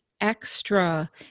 extra